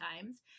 times